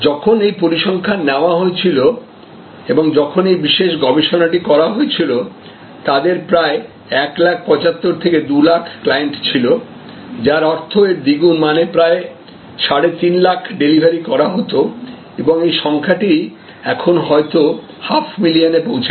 যখন এই পরিসংখ্যান নেওয়া হয়েছিল এবং যখন এই বিশেষ গবেষণাটি করা হয়েছিল তাদের প্রায় 175000 200000 ক্লায়েন্ট ছিল যার অর্থ এর দ্বিগুণ মানে প্রায় 350000 ডেলিভারি করা হতো এবং এই সংখ্যাটি এখন হয়তো হাফ মিলিয়নে পৌঁছে গেছে